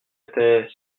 était